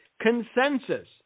consensus